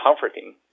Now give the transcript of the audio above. comforting